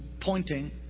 pointing